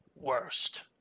worst